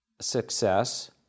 success